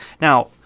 Now